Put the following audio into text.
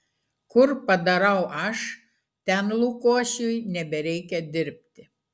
kur padarau aš ten lukošiui nebereikia dirbti